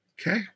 Okay